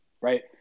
right